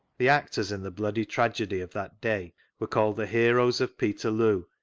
the actors in the bloody tragedy of that day were called the heroes of peterloo,